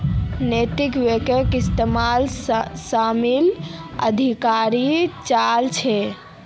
नैतिक बैकक इसीत शामिल अधिकारी चला छे